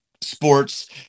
sports